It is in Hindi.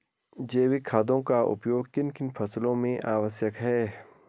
जैविक खादों का उपयोग किन किन फसलों में आवश्यक है?